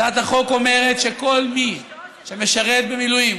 הצעת החוק אומרת שכל מי שמשרת במילואים